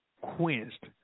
quenched